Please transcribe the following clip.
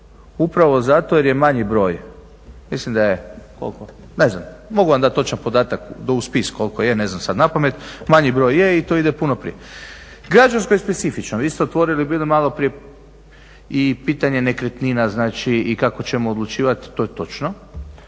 Upravo zato jer je manji broj, mislim da je, koliko, ne znam, mogu vam dati točan podatak do u spis koliko je, ne znam sada napamet, manji broj je i tu ide puno prije. Građansko je specifično. Vi ste otvorili bili maloprije i pitanje nekretnina znači i kako ćemo odlučivati, to je točno.